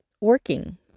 working